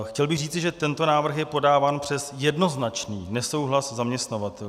Chtěl bych říci, že tento návrh je podáván přes jednoznačný nesouhlas zaměstnavatelů.